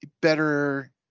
better